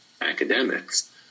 academics